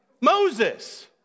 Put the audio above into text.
Moses